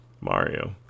mario